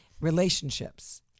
relationships